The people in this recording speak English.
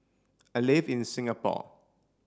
I live in Singapore